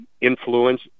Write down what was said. influence